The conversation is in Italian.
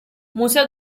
museo